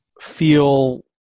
feel